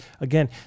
again